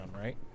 right